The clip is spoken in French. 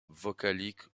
vocalique